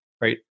Right